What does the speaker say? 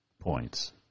points